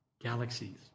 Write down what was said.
galaxies